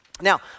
Now